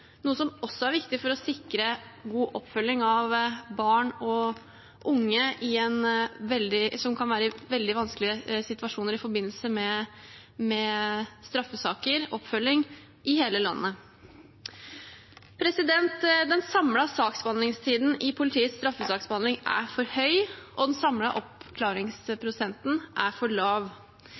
noe som også er viktig for å sikre god oppfølging av barn og unge som kan være i veldig vanskelige situasjoner i forbindelse med straffesaker, og oppfølging i hele landet. Den samlede saksbehandlingstiden i politiets straffesaksbehandling er for høy, og den samlede oppklaringsprosenten er for lav.